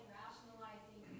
rationalizing